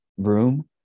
room